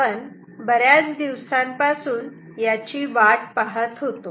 आपण बर्याच दिवसांपासून याची वाट पाहत होतो